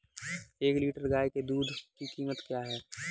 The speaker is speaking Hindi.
एक लीटर गाय के दूध की कीमत क्या है?